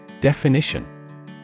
Definition